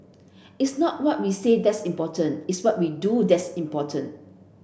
it's not what we say that's important it's what we do that's important